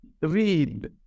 read